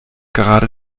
gerade